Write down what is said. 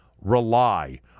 rely